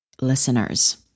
listeners